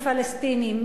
בפלסטינים,